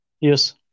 Yes